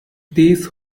these